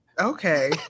Okay